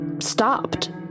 stopped